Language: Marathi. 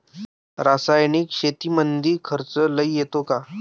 रासायनिक शेतीमंदी खर्च लई येतो का?